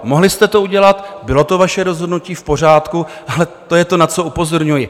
Mohli jste to udělat, bylo to vaše rozhodnutí, v pořádku, ale to je to, na co upozorňuji.